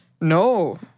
No